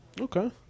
Okay